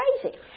crazy